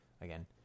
again